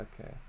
Okay